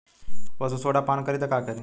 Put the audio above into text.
पशु सोडा पान करी त का करी?